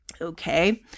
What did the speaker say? Okay